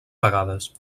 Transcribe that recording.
vegades